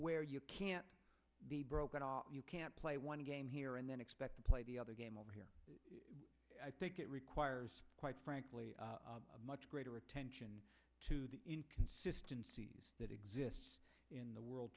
where you can't be broken you can't play one game here and then expect to play the other game over here i think it requires quite frankly much greater attention to the consistency that exists in the world